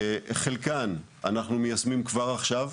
את חלקן אנחנו מיישמים כבר עכשיו.